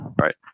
right